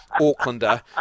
Aucklander